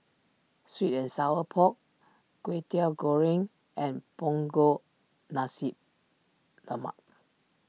Sweet and Sour Pork Kway Teow Goreng and Punggol Nasi Lemak